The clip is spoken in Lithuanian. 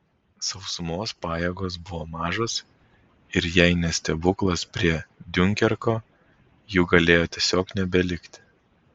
sausumos pajėgos buvo mažos ir jei ne stebuklas prie diunkerko jų galėjo tiesiog nebelikti